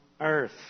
earth